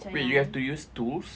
wait you have to use tools